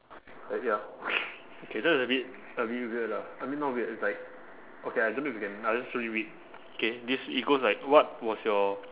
ready ah okay this one is a bit a bit weird lah I mean not weird it's like okay I don't know if you can I just slowly read K this it goes like what was your